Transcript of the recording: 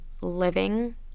living